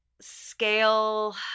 scale